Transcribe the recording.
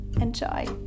Enjoy